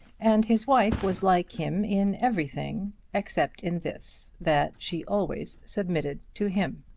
and his wife was like him in everything except in this, that she always submitted to him.